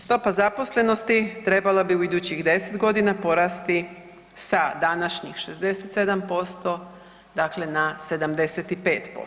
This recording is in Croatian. Stopa zaposlenosti trebala bi u idućih 10 godina porasti sa današnjih 67% dakle na 75%